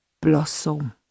blossom